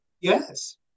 Yes